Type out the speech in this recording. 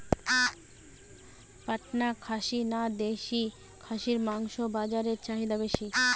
পাটনা খাসি না দেশী খাসির মাংস বাজারে চাহিদা বেশি?